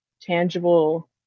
tangible